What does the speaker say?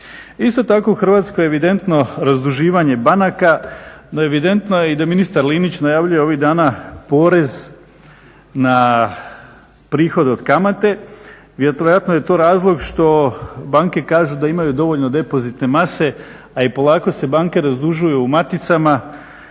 Isto tako u Hrvatskoj je evidentno razduživanje banaka no evidentno je i da ministar Linić najavljuje ovih dana porez na prihod od kamate. Vjerojatno je to razlog što banke kažu da imaju dovoljno depozitne mase, a i polako se banke razdužuju u maticama.